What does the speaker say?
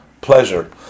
pleasure